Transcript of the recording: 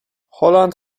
holland